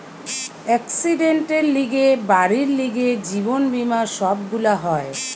একসিডেন্টের লিগে, বাড়ির লিগে, জীবন বীমা সব গুলা হয়